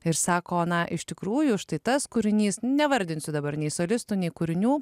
ir sako na iš tikrųjų štai tas kūrinys nevardinsiu dabar nei solistų nei kūrinių